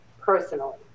personally